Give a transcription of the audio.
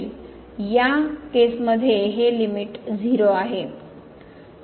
या प्रकरणात हे लिमिट 0 आहे